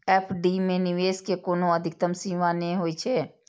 FD मे निवेश के कोनो अधिकतम सीमा नै होइ छै